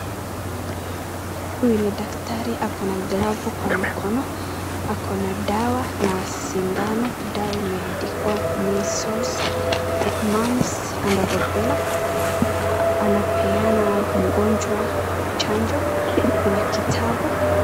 Huyu ni daktari akona glavu kwa mikono, akona dawa na sindano. Dawa imeandikwa measles, mumps and rubela . Anapeana mgonjwa chanjo, kuna kitabu.